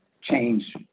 change